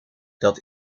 dat